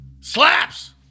Slaps